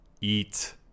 eat